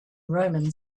roman